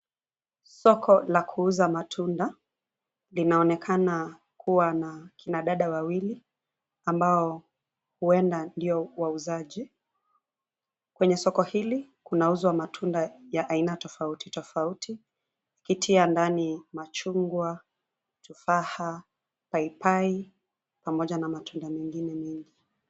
Soko la kuuza matunda. Linaonekana kuwa na kina dada wawili ambao huenda ndio wauzaji. Kwenye soko hili kuna uzwa maunda ya aina tofauti tofauti, ukitia ndani machungwa , tufaha, paipai pamoja na matunda mengine mengi.